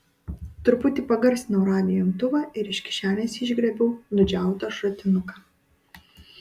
truputį pagarsinau radijo imtuvą ir iš kišenės išgriebiau nudžiautą šratinuką